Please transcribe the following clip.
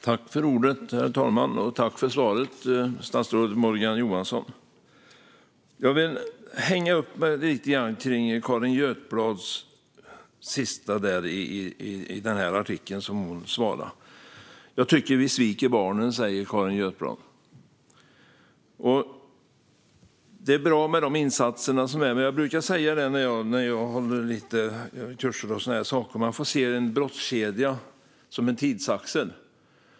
Herr talman! Jag tackar för svaret, statsrådet Morgan Johansson. Jag vill ta upp Carin Götblads svar sist i artikeln. "Jag tycker att vi sviker barnen", säger Carin Götblad. Det är bra med insatser, men jag brukar säga när jag håller kurser att man ska se brottskedjan som en tidsaxel.